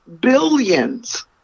billions